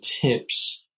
tips